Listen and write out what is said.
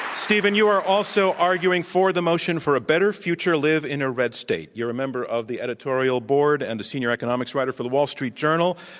stephen, you are also arguing for the motion for a better future, live in a red state. you're a member of the editorial board and a senior economics writer for the wall street journal.